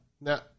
Now